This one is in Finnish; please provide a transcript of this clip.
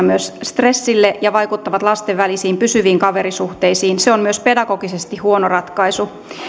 myös stressille ja vaikuttavat lasten välisiin pysyviin kaverisuhteisiin se on myös pedagogisesti huono ratkaisu